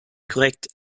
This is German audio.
korrekt